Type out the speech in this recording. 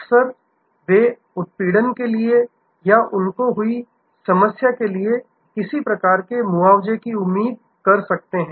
अक्सर वे उत्पीड़न के लिए या उनको हुई समस्या के लिए किसी प्रकार के मुआवजे की उम्मीद कर सकते हैं